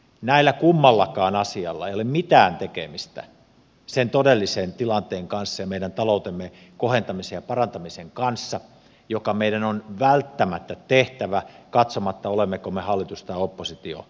näillä kummallakaan asialla ei ole mitään tekemistä sen todellisen tilanteen kanssa ja meidän taloutemme kohentamisen ja parantamisen kanssa joka meidän on välttämättä tehtävä katsomatta olemmeko me hallitus tai oppositioasemassa